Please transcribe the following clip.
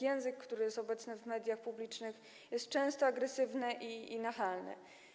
Język, który jest obecny w mediach publicznych, jest często agresywny i nachalny.